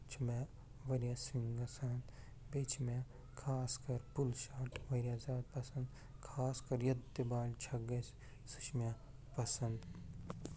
چھِ مےٚ وارِیاہ گَژھان بیٚیہِ چھِ مےٚ خاص کر پُل شاٹ وارِیاہ زیادٕ پسنٛد خاص کر ییٚتہِ تہِ بالہِ چھَکہٕ گَژھِ سُہ چھِ مےٚ پسنٛد